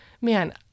man